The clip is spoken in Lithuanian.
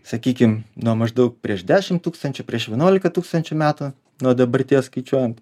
sakykim nuo maždaug prieš dešim tūkstančių prieš vienuolika tūkstančių metų nuo dabarties skaičiuojant